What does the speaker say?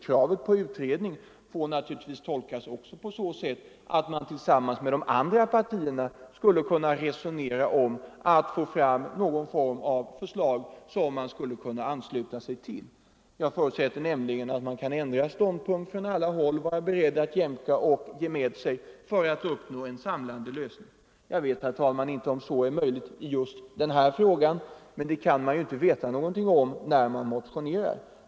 Kravet på utredning får naturligtvis också tolkas på så sätt att man tillsammans med de andra partierna skulle kunna resonera om att få fram ett förslag som man skulle kunna ansluta sig till. Jag förutsätter nämligen att man på alla håll kan vara beredd att jämka och ge med sig för att uppnå en samlande lösning. Jag vet, herr talman, inte om så är möjligt just i denna fråga, men det kan man ju inte veta när man motionerar.